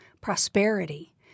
prosperity